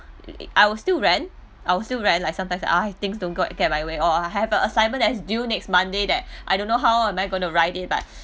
I will still rant I will still rant like sometimes ah things don't go and get my way or I I have a assignment that is due next monday that I don't know how am I going to write it but